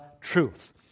truth